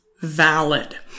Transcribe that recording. valid